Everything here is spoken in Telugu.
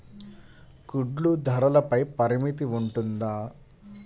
గుడ్లు ధరల పై పరిమితి ఉంటుందా?